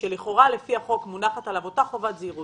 שלכאורה לפי החוק מונחת עליו אותה חובת זהירות